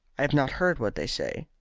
i have not heard what they say.